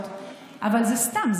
אבל זה סתם,